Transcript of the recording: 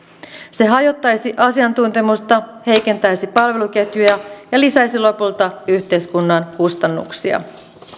se hajottaisi asiantuntemusta heikentäisi palveluketjuja ja lisäisi lopulta yhteiskunnan kustannuksia